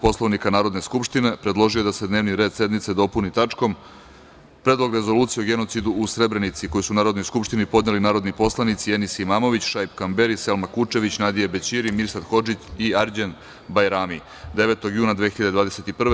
Poslovnika Narodne skupštine predložio je da se dnevni red sednice dopuni tačkom – Predlog rezolucije o genocidu u Srebrenici, koji su Narodnoj skupštini podneli narodni poslanici Enis Imamović, Šaip Kamberi, Selma Kučević, Nadija Bećiri, Mirsad Hodžić i Arđen Bajrami 9. juna 2021.